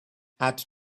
add